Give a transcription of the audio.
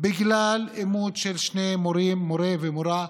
בגלל אימות של שני מורים מוֹרָה ומוֹרֶה,